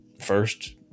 first